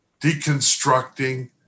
deconstructing